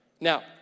Now